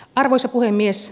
arvoisa puhemies